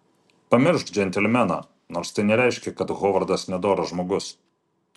pamiršk džentelmeną nors tai nereiškia kad hovardas nedoras žmogus